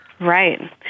Right